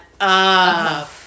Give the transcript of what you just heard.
up